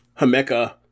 Hameka